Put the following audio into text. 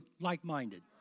like-minded